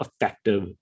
effective